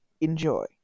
Enjoy